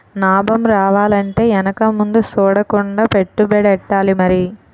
నాబం రావాలంటే ఎనక ముందు సూడకుండా పెట్టుబడెట్టాలి మరి